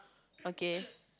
okay